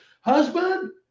Husband